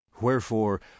Wherefore